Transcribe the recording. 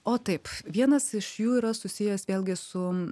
o taip vienas iš jų yra susijęs vėlgi su